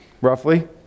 roughly